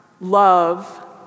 love